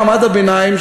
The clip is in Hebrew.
מעמד הביניים,